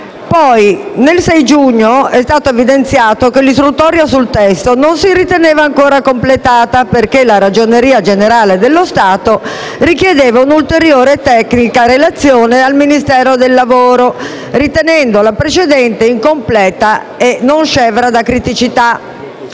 del 6 giugno è stato evidenziato che l'istruttoria sul testo non si riteneva ancora completata e soddisfacente in quanto la Ragioneria generale dello Stato richiedeva una ulteriore relazione tecnica al Ministero del lavoro, ritenendo la precedente incompleta e non scevra da criticità;